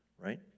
right